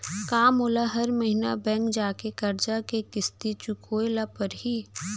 का मोला हर महीना बैंक जाके करजा के किस्ती चुकाए ल परहि?